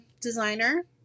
designer